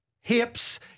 hips